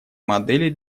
модели